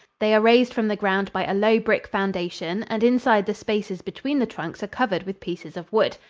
they are raised from the ground by a low brick foundation, and inside the spaces between the trunks are covered with pieces of wood.